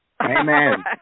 Amen